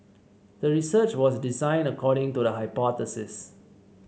the research was designed according to the hypothesis